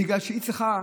בגלל שהיא צריכה,